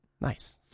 Nice